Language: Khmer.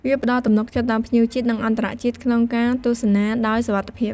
វាផ្ដល់ទំនុកចិត្តដល់ភ្ញៀវជាតិ និងអន្តរជាតិក្នុងការទស្សនាដោយសុវត្ថិភាព។